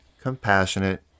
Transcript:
compassionate